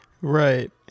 right